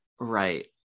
right